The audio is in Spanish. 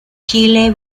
chile